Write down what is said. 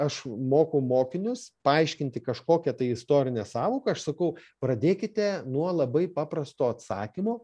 aš mokau mokinius paaiškinti kažkokią tai istorinę sąvoką aš sakau pradėkite nuo labai paprasto atsakymo